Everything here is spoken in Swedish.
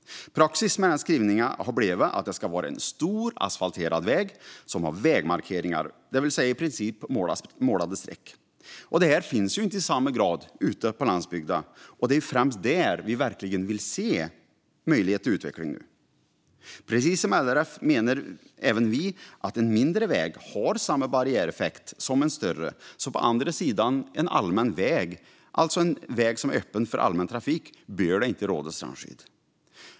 Praxis med den skrivningen har blivit att det ska vara en stor, asfalterad väg som har vägmarkeringar, det vill säga i princip målade streck. Detta finns inte i samma grad ute på landsbygden, och det är ju främst där vi vill se möjlighet till utveckling. Precis som LRF menar även vi att en mindre väg har samma barriäreffekt som en större, så på andra sidan en allmän väg - alltså en väg som är öppen för allmän trafik - bör det inte råda strandskydd.